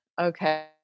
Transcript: Okay